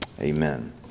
amen